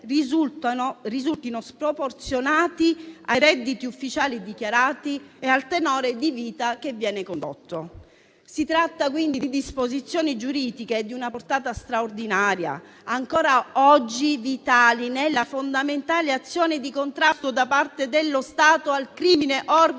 risultino sproporzionati ai redditi ufficiali dichiarati e al tenore di vita condotto. Si tratta dunque di disposizioni giuridiche di una portata straordinaria, ancora oggi vitali nella fondamentale azione di contrasto da parte dello Stato al crimine organizzato.